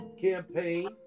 campaign